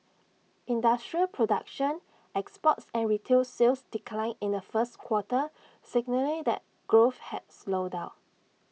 industrial production exports and retail sales declined in the first quarter signalling that growth had slowed down